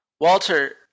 Walter